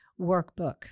workbook